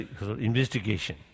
investigation